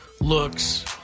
looks